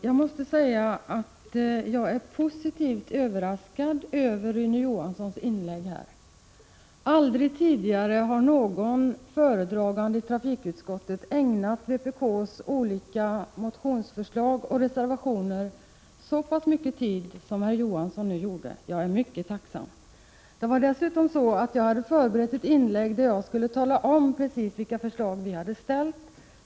Fru talman! Jag är positivt överraskad över Rune Johanssons inlägg. Aldrig tidigare har någon i trafikutskottet ägnat vpk:s olika motionsförslag och reservationer så pass mycket tid som herr Johansson nu gjorde. Jag är mycket tacksam. Jag hade dessutom förberett ett inlägg där jag skulle tala om precis vilka förslag vi har väckt.